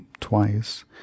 twice